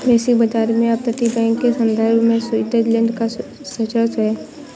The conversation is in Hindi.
वैश्विक बाजार में अपतटीय बैंक के संदर्भ में स्विट्जरलैंड का वर्चस्व है